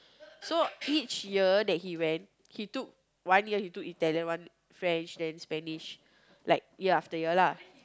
so each year that he went he took one year he took Italian one French then Spanish like year after ya lah